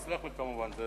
תסלח לי, כמובן.